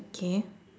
K